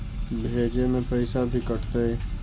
भेजे में पैसा भी कटतै?